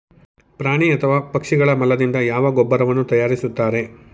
ಪ್ರಾಣಿ ಅಥವಾ ಪಕ್ಷಿಗಳ ಮಲದಿಂದ ಯಾವ ಗೊಬ್ಬರವನ್ನು ತಯಾರಿಸುತ್ತಾರೆ?